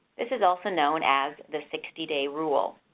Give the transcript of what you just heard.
this is also known as the sixty day rule.